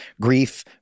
grief